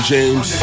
James